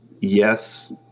yes